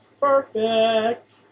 Perfect